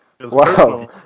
Wow